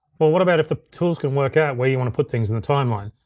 well what about if the tools can work out where you wanna put things in the timeline?